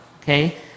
okay